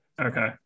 Okay